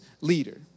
leader